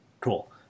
Cool